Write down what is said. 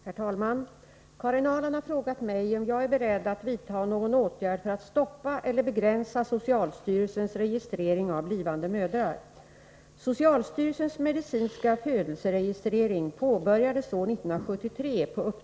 Herr talman! Karin Ahrland har frågat mig om jag är beredd att vidta någon åtgärd för att stoppa eller begränsa socialstyrelsens registrering av blivande mödrar.